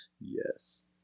Yes